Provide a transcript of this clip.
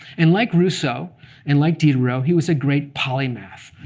and like rousseau and like diderot, he was a great polymath.